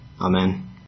Amen